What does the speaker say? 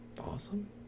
Awesome